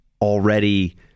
already